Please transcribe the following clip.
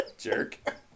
jerk